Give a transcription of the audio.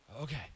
Okay